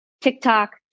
TikTok